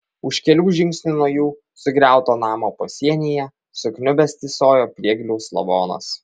už kelių žingsnių nuo jų sugriauto namo pasienyje sukniubęs tysojo priegliaus lavonas